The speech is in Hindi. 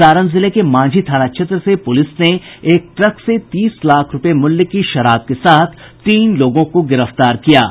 सारण जिले मांझी थाना क्षेत्र से पुलिस ने एक ट्रक से तीस लाख रूपये मूल्य की शराब के साथ तीन लोगों को गिरफ्तार किया है